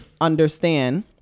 understand